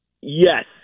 yes